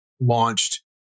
launched